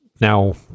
now